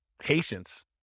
Patience